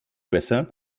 besser